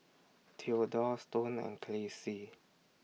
Theodore Stone and Kelcie